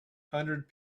hundred